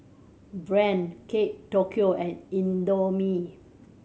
Brand Kate Tokyo and Indomie